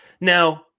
Now